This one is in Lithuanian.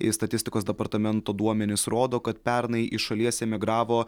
ir statistikos departamento duomenys rodo kad pernai iš šalies emigravo